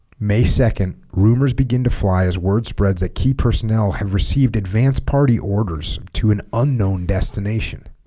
may second rumors begin to fly as word spreads that key personnel have received advance party orders to an unknown destination